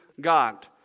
God